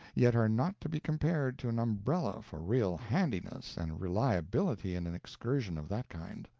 yet are not to be compared to an umbrella for real handiness and reliability in an excursion of that kind.